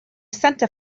santa